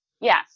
yes